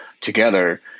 together